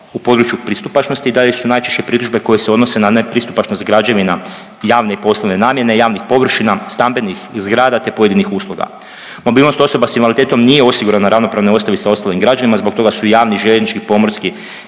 U području pristupačnosti i dalje su najčešće pritužbe koje se odnose na nepristupačnost građevina javne i poslovne namjene, javnih površina, stambenih zgrada te pojedinih usluga. Mobilnost osoba s invaliditetom nije osigurana u ravnopravnoj osnovi sa ostalim građanima, zbog toga su i javni i željeznički i pomorski,